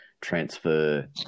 transfer